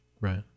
Right